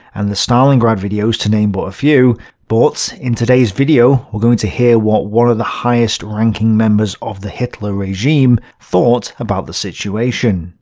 and the stalingrad videos, to name but a few but in today's video we're going to hear what one of the highest ranking members of the hitler regime thought about the situation.